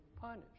punished